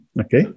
Okay